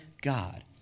God